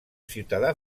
ciutadà